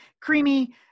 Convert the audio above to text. Creamy